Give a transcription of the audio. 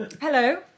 Hello